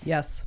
Yes